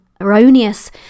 erroneous